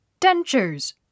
DENTURES